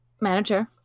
Manager